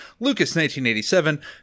Lucas1987